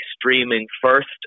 streaming-first